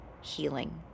healing